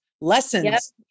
Lessons